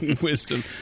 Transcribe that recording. Wisdom